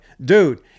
Dude